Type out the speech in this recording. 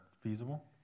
feasible